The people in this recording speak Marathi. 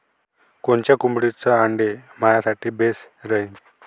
कोनच्या कोंबडीचं आंडे मायासाठी बेस राहीन?